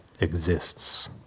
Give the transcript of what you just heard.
exists